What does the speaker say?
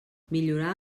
millorar